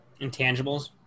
Intangibles